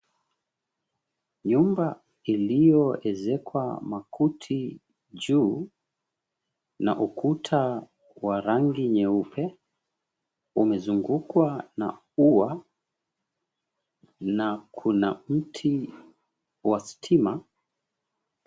Nyumba iliyoezekwa makuti juu na ukuta wa rangi nyeupe, umezungukwa na ua na kuna mti wa stima.